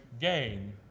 gain